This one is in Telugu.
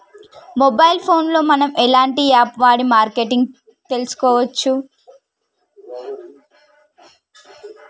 మొబైల్ ఫోన్ లో మనం ఎలాంటి యాప్ వాడి మార్కెటింగ్ తెలుసుకోవచ్చు?